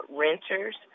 renters